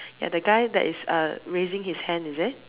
ya the guy that is uh raising his hand is it